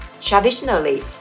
traditionally